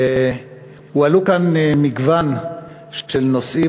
הועלה כאן מגוון של נושאים,